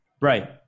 right